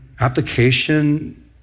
application